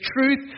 truth